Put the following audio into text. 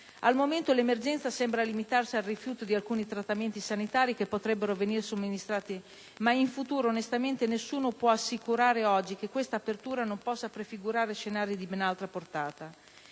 Al momento l'emergenza sembra limitarsi al rifiuto ad alcuni trattamenti sanitari che potrebbero venir somministrati in futuro, ma, onestamente, nessuno può assicurare oggi che questa apertura non possa prefigurare scenari di ben altra portata.